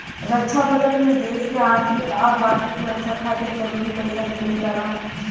रक्षा budget में देश के आंतरिक आ बाकी सुरक्षा खातिर जरूरी पइसा दिहल जाला